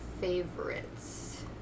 favorites